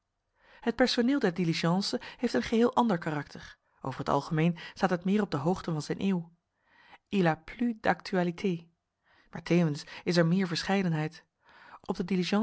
het personeel der diligence heeft een geheel ander karakter over t algemeen staat het meer op de hoogte van zijn eeuw il a plus d'actualité maar tevens is er meer verscheidenheid op de